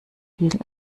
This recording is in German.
viel